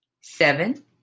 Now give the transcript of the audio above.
seven